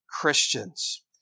Christians